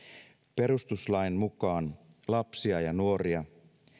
perustuslain mukaan lapsia ja nuoria